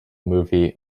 movie